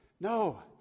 No